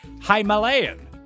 Himalayan